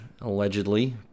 allegedly